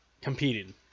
competing